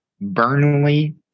Burnley